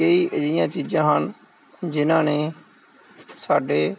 ਕਈ ਅਜਿਹੀਆ ਚੀਜ਼ਾਂ ਹਨ ਜਿਨਾਂ ਨੇ ਸਾਡੇ